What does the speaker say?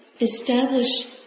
establish